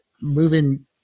moving